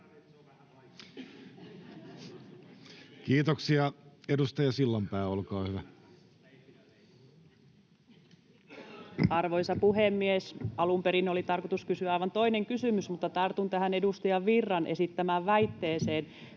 (Krista Kiuru sd) Time: 16:33 Content: Arvoisa puhemies! Alun perin oli tarkoitus kysyä aivan toinen kysymys, mutta tartun tähän edustaja Virran esittämään väitteeseen